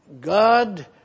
God